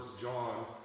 John